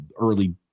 early